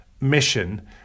mission